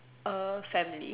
a family